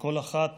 וכל אחת,